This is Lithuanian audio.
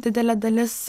didelė dalis